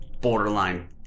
borderline